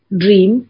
dream